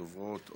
הדוברות,